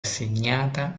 assegnata